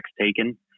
taken